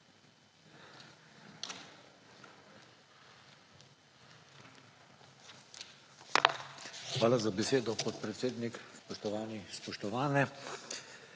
Hala za besedo, podpredsednik. Spoštovane in spoštovani,